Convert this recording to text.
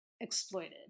exploited